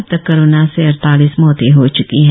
अब तक कोरोना से अड़तालीस मौते हो च्की है